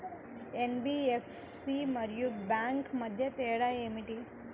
NBFC మరియు bank మధ్య తేడా ఏమిటి?